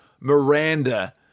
Miranda